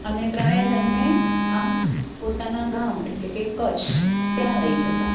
અમે ત્રણેય જણને આમ પોતાનાં ગામ એટલે કે કચ્છ ત્યાં લઇ જતાં